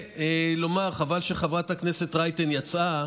חבל שחברת הכנסת רייטן יצאה,